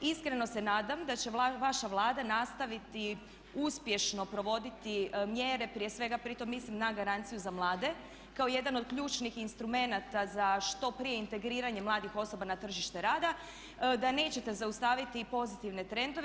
Iskreno se nadam da će vaša Vlada nastaviti uspješno provoditi mjere prije svega pritom mislim na garanciju za mlade kao jedan od ključnih instrumenata za što prije integriranje mladih osoba na tržište rada, da nećete zaustaviti pozitivne trendove.